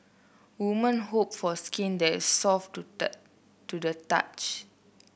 women hope for skin that is soft to the to the touch